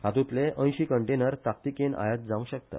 हातुतले ऐशी कंटेनर ताकतीकेन आयोत जावंक शकतात